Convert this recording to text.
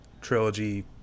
trilogy